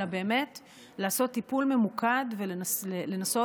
אלא באמת לעשות טיפול ממוקד ולנסות